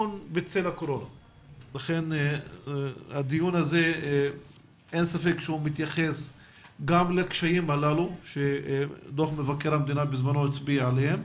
אין ספק שהדיון הזה מתייחס גם לקשיים עליהם הצביע דוח מבקר המדינה,